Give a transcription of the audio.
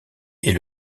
est